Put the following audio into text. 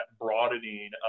broadening